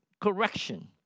correction